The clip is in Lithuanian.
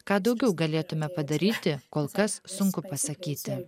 ką daugiau galėtume padaryti kol kas sunku pasakyti